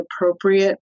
appropriate